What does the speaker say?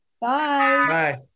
Bye